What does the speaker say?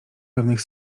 pewnych